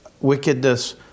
wickedness